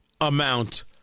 amount